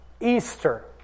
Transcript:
Easter